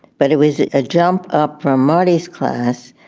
but it was a jump up from modest class.